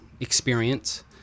experience